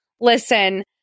listen